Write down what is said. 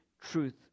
truth